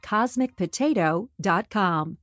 CosmicPotato.com